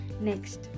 Next